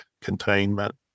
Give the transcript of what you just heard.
containment